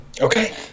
Okay